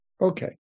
Okay